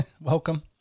welcome